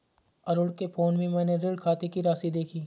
अरुण के फोन में मैने ऋण खाते की राशि देखी